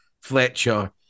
Fletcher